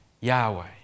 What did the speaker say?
yahweh